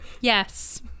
yes